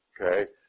Okay